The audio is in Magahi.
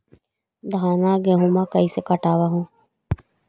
धाना, गेहुमा कैसे कटबा हू?